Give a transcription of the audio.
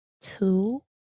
Two